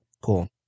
Cool